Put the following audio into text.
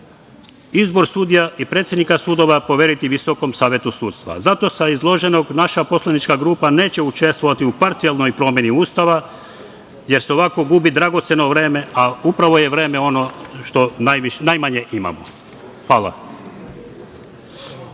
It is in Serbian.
izbor sudija i predsednika sudova poveriti Visokom savetu sudstva. Zato sa izloženog, naša poslanička grupa neće učestvovati u parcijalnoj promeni Ustava, jer se ovako gubi dragoceno vreme, a upravo je vreme ono što najmanje imamo. Hvala.